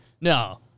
No